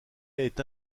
est